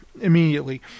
immediately